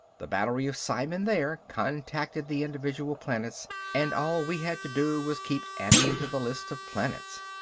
the battery of psimen there contacted the individual planets and all we had to do was keep adding to the list of planets.